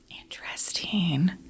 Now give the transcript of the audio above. interesting